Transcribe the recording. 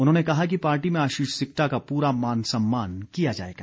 उन्होंने कहा कि पार्टी में आशीष सिक्टा का पूरा मान समान किया जाएगा